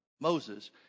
Moses